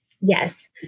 Yes